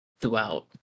throughout